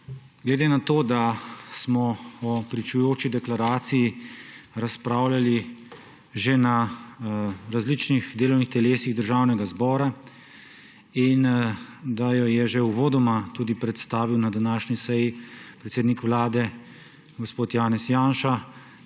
Glede na to, da smo o pričujoči deklaraciji razpravljali že na različnih delovnih telesih Državnega zbora in da jo je uvodoma že predstavil na današnji seji predsednik Vlade gospod Janez Janša,